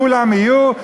כולם יהיו.